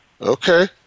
Okay